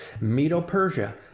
Medo-Persia